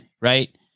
right